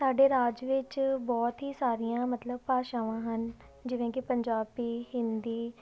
ਸਾਡੇ ਰਾਜ ਵਿੱਚ ਬਹੁਤ ਹੀ ਸਾਰੀਆਂ ਮਤਲਬ ਭਾਸ਼ਾਵਾਂ ਹਨ ਜਿਵੇਂ ਕਿ ਪੰਜਾਬੀ ਹਿੰਦੀ